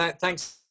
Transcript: Thanks